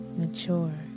mature